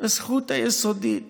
הזכות היסודית